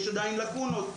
יש עדיין לקונות,